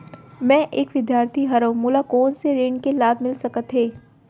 मैं एक विद्यार्थी हरव, मोला कोन से ऋण के लाभ मिलिस सकत हे?